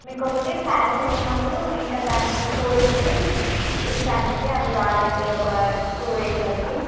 మీకు ఒకటి పారాసిటమాలు ఇంకా దానికి కోల్డ్కి ఇస్తానండి అవి వాడండి ఒక టూ డేస్ వరకు